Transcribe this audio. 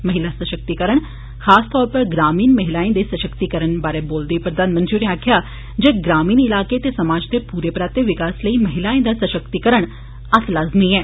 महिला सशक्तिकरण खास तौर उप्पर ग्रामीण महिलाएं दे सशक्तिकरण दे बारै च बोलदे होई प्रधानमंत्री होरें आक्खेआ ग्रामीण ईलाकें ते समाज दे पूरे परातें विकास लेई महिलाएं दा सशक्तिकरण अत्त लाजमी ऐ